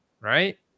right